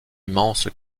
immense